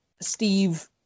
Steve